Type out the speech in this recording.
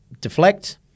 deflect